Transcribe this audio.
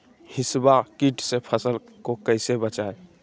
हिसबा किट से फसल को कैसे बचाए?